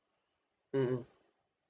mm mm